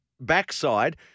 backside